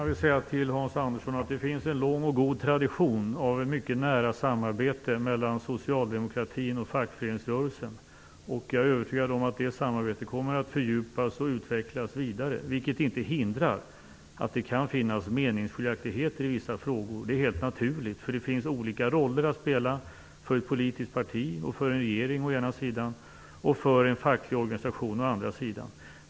Fru talman! Det finns en lång och god tradition av mycket nära samarbete mellan socialdemokratin och fackföreningsrörelsen. Jag är övertygad om att det samarbetet kommer att fördjupas och utvecklas vidare, vilket inte hindrar att det kan finnas meningsskiljaktigheter i vissa frågor. Det är helt naturligt, eftersom det finns olika roller att spela för å ena sidan ett politiskt parti och en regering och å andra sidan en facklig organisation.